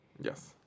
Yes